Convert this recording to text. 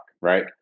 right